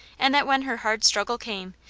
and that when her hard struggle came,